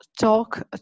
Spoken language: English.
talk